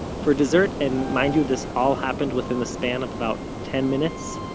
for dessert, and mind you this all happened within the span of about ten minutes,